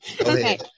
Okay